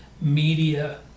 media